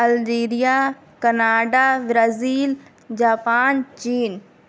Algeria Canada Brazil Japan chain